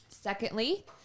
Secondly